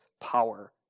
power